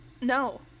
No